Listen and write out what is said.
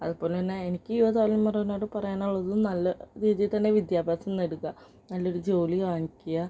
അത് പോലെ തന്നെ എനിക്ക് യുവ തലമുറയോട് പറയാനുള്ളത് നല്ല രീതിയിൽ തന്നെ വിദ്യാഭ്യാസം നേടുക നല്ല ഒരു ജോലി വാങ്ങിക്കുക